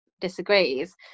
disagrees